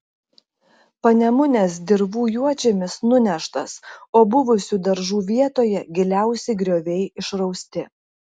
panemunės dirvų juodžemis nuneštas o buvusių daržų vietoje giliausi grioviai išrausti